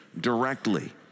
Directly